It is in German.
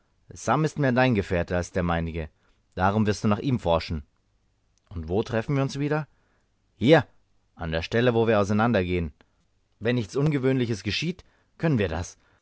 sam ist mehr dein gefährte als der meinige darum wirst du nach ihm forschen und wo treffen wir uns wieder hier an der stelle wo wir auseinander gehen wenn nichts ungewöhnliches geschieht können wir das